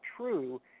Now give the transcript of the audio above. true